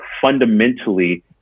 fundamentally